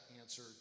answer